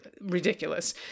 ridiculous